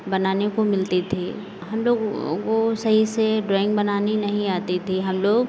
बनाने को मिलती थी हम लोग वो सही से ड्राइंग बनानी नहीं आती थी हम लोग